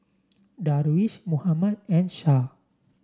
Darwish Muhammad and Shah